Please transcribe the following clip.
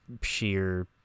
sheer